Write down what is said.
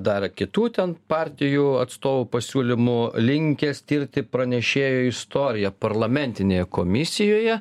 dar kitų ten partijų atstovų pasiūlymų linkęs tirti pranešėjo istoriją parlamentinėje komisijoje